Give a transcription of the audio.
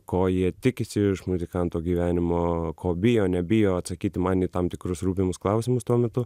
ko jie tikisi iš muzikanto gyvenimo ko bijo nebijo atsakyti man į tam tikrus rūpimus klausimus tuo metu